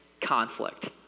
conflict